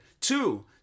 Two